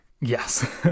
Yes